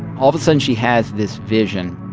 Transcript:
all of a sudden, she has this vision